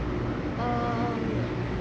um